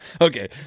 Okay